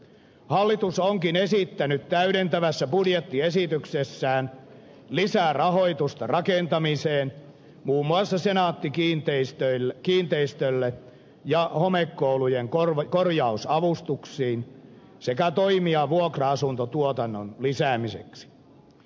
hallitus onkin esittänyt täydentävässä budjettiesityksessään lisää rahoitusta rakentamiseen muun muassa senaatti kiinteistöille ja homekoulujen korjausavustuksiin sekä toimia vuokra asuntotuotannon lisäämiseksi